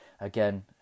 again